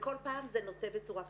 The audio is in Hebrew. וכל פעם זה נוטה בצורה כזאת.